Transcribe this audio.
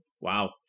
Wow